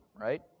right